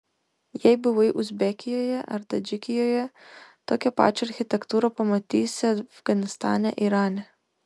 jei buvai uzbekijoje ar tadžikijoje tokią pačią architektūrą pamatysi afganistane irane